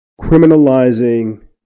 criminalizing